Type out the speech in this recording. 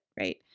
right